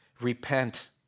repent